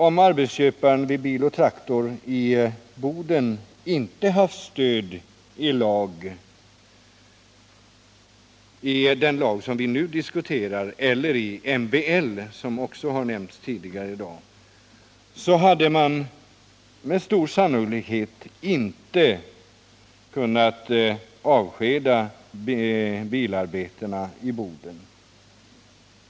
Om arbetsköparen på Bil & Traktor i Boden inte haft stöd i den lag som vi nu diskuterar eller i MBL, som också nämnts tidigare i dag, hade man med stor sannolikhet inte kunnat avskeda bilarbetarna i Boden.